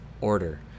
order